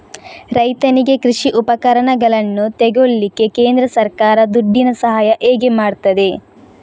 ರೈತನಿಗೆ ಕೃಷಿ ಉಪಕರಣಗಳನ್ನು ತೆಗೊಳ್ಳಿಕ್ಕೆ ಕೇಂದ್ರ ಸರ್ಕಾರ ದುಡ್ಡಿನ ಸಹಾಯ ಹೇಗೆ ಮಾಡ್ತದೆ?